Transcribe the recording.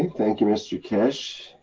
thank you, mr. keshe.